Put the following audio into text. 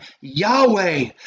Yahweh